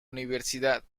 universidad